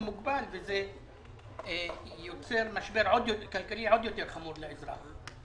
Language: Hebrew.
מוגבל, מה שיוצר משבר כלכלי עוד יותר חמור לאזרח.